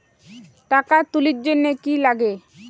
টাকা তুলির জন্যে কি লাগে?